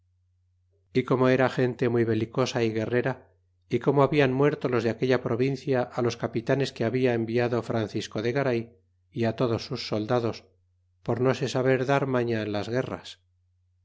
y como era gente muy belicosa y guerrera y como hablan muerto los de aquella provincia los capitanes que habia enviado francisco de garay y todos sus soldados por no se saber dar maña en las guerras